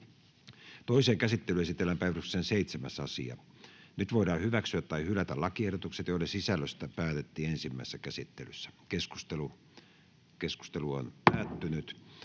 Toiseen käsittelyyn esitellään päiväjärjestyksen 8. asia. Nyt voidaan hyväksyä tai hylätä lakiehdotus, jonka sisällöstä päätettiin ensimmäisessä käsittelyssä. — Keskusteluun, edustaja